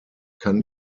kann